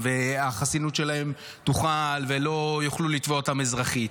והחסינות שלהם תוחל ולא יוכלו לתבוע אותם אזרחית?